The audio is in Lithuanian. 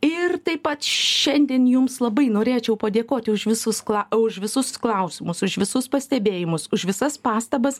ir taip pat šiandien jums labai norėčiau padėkoti už visus kla už visus klausimus už visus pastebėjimus už visas pastabas